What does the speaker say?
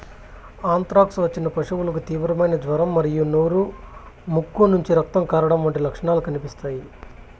anthrax వచ్చిన పశువుకు తీవ్రమైన జ్వరం మరియు నోరు, ముక్కు నుంచి రక్తం కారడం వంటి లక్షణాలు కనిపిస్తాయి